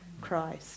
Christ